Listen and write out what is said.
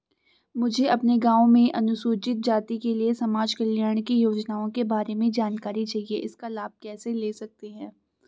मुझे अपने गाँव में अनुसूचित जाति के लिए समाज कल्याण की योजनाओं के बारे में जानकारी चाहिए इसका लाभ कैसे ले सकते हैं?